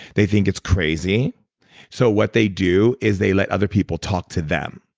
they think it's crazy so what they do is they let other people talk to them.